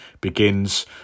begins